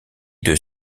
deux